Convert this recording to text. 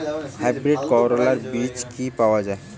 Hybrid করলার বীজ কি পাওয়া যায়?